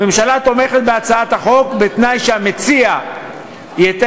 הממשלה תומכת בהצעת החוק בתנאי שהמציע יתאם